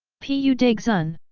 pu daxun!